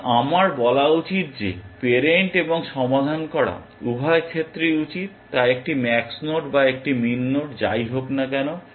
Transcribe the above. সুতরাং আমার বলা উচিত যে প্যারেন্ট এবং সমাধান করা উভয় ক্ষেত্রেই উচিত তা একটি ম্যাক্স নোড বা একটি মিন নোড যাই হোক না কেন